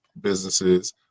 businesses